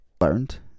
learned